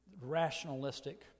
rationalistic